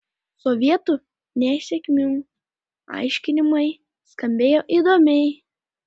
sovietų nesėkmių aiškinimai skambėjo įdomiai